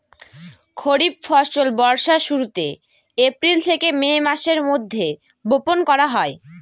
খরিফ ফসল বর্ষার শুরুতে, এপ্রিল থেকে মে মাসের মধ্যে, বপন করা হয়